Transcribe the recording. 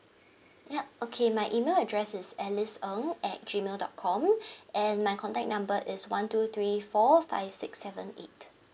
yup okay my email address is alice ng at gmail dot com and my contact number is one two three four five six seven eight